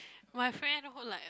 my friend who like